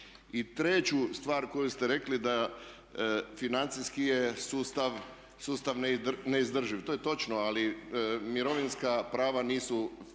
I treću stvar koju ste rekli da financijski je sustav sustav neizdrživ. To je točno, ali mirovinska prava nisu